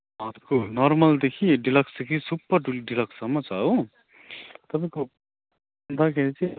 हजुरको नर्मलदेखि डिलक्सदेखि सुपर डिलक्ससम्म छ हो तपाईँको